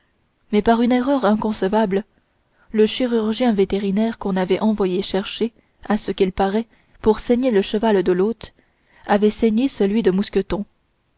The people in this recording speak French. mais par une erreur inconcevable le chirurgien vétérinaire qu'on avait envoyé chercher à ce qu'il paraît pour saigner le cheval de l'hôte avait saigné celui de mousqueton